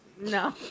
no